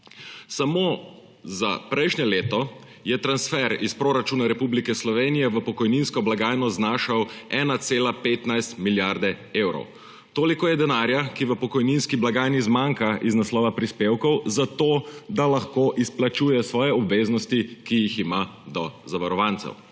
Samo za prejšnje leto je transfer iz proračuna Republike Slovenije v pokojninsko blagajno znašal 1,15 milijarde evrov. Toliko je denarja, ki v pokojninski blagajni zmanjka iz naslova prispevkov, zato da lahko izplačuje svoje obveznosti, ki jih ima do zavarovancev.